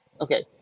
okay